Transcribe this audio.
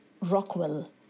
Rockwell